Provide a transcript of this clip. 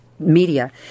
Media